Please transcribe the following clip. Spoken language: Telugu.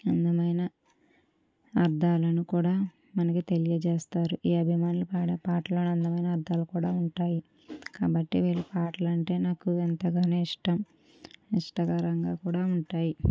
అందమైన అర్థాలను కూడా మనకి తెలియజేస్తారు ఈ అభిమానులు పాడే పాటలు అందమైన అర్థాలు కూడా ఉంటాయి కాబట్టి వీళ్ళ పాటలు అంటే నాకు ఎంతగానో ఇష్టం ఇష్టకరంగా కూడా ఉంటాయి